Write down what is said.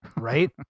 Right